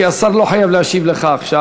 כי השר לא חייב להשיב לך עכשיו.